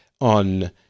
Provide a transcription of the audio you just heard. on